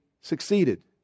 succeeded